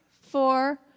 four